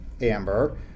Amber